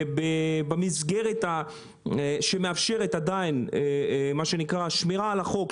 במסגרת שעדיין מאפשרת שמירה על החוק,